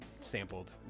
sampled